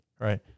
right